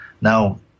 Now